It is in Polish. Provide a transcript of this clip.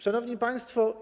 Szanowni Państwo!